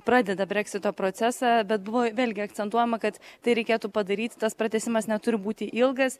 pradeda breksito procesą bet buvo vėlgi akcentuojama kad tai reikėtų padaryti tas pratęsimas neturi būti ilgas